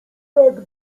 tak